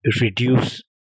reduce